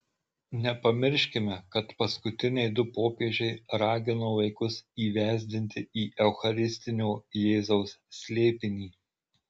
nepamirškime kad paskutiniai du popiežiai ragino vaikus įvesdinti į eucharistinio jėzaus slėpinį